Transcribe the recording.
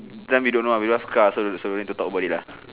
then we don't know we no cars so so no need to talk about it lah